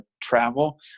travel